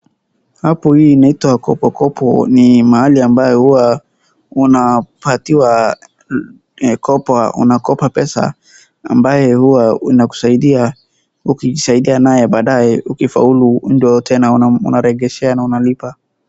Hapo hii inaitwa KopoKopo ni mahali ambayo huwa unapatiwa mikopo unakopa pesa ambayo huwa inakusaidia ukijisaidia nayo baadaye ukifaulu, ndio tena unaregeshea na unalipa.